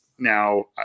Now